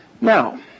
Now